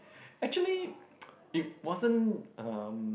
actually it wasn't um